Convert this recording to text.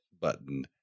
button